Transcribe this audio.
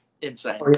Insane